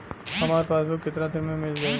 हमार पासबुक कितना दिन में मील जाई?